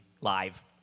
live